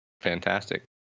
Fantastic